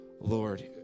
Lord